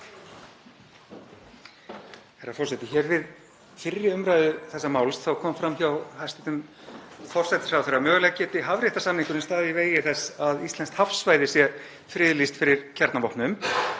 Herra forseti. Hér við fyrri umræðu þessa máls kom fram hjá hæstv. forsætisráðherra að mögulega geti hafréttarsáttmálinn staðið í vegi þess að íslenskt hafsvæði sé friðlýst fyrir kjarnavopnum.